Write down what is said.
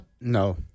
No